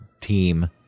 team